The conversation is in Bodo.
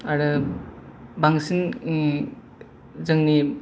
आरो बांसिन जोंनि